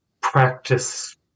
practice